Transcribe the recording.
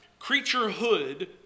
creaturehood